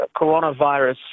coronavirus